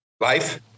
Life